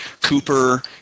Cooper